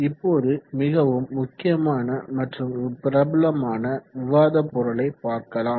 இப்போது மிகவும் முக்கியமான மற்றும் பிரபலமான விவாத பொருளை பார்க்கலாம்